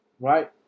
Right